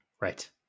right